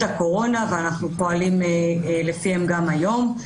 הקורונה ואנחנו פועלים לפיהם גם היום.